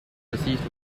received